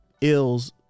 ills